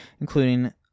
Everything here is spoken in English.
including